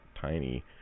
tiny